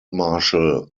marshal